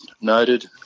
noted